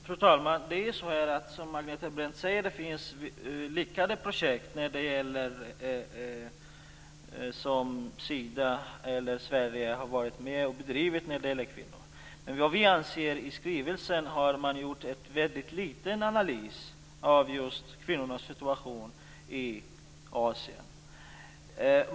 Fru talman! Precis som Agneta Brendt säger finns det lyckade projekt som Sida och Sverige har varit med och bedrivit när det gäller kvinnor. Men vi anser att det i skrivelsen har gjorts väldigt lite analys av just kvinnors situation i Asien.